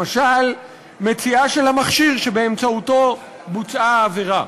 למשל, מציאה של המכשיר שבאמצעותו בוצעה העבירה.